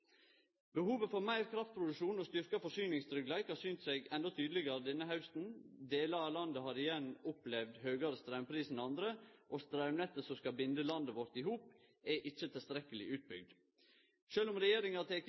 Behovet for meir kraftproduksjon og styrkt forsyningstryggleik har synt seg endå tydelegare denne hausten. Delar av landet har igjen opplevd høgare straumpris enn andre, og straumnettet som skal binde landet vårt i hop, er ikkje tilstrekkeleg utbygd. Sjølv om regjeringa